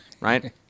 right